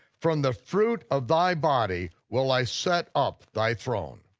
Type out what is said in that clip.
from the fruit of thy body will i set up thy throne.